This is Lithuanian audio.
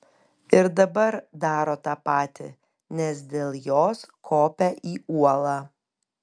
ir dabar daro tą patį nes dėl jos kopia į uolą